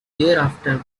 thereafter